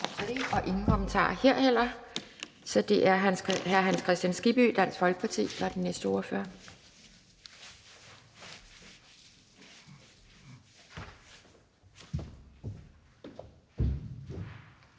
ingen kommentarer her, og så er det hr. Hans Kristian Skibby, Dansk Folkeparti, der er næste ordfører.